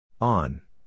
On